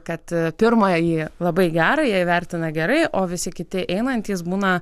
kad pirmąjį labai gerą jie vertina gerai o visi kiti einantys būna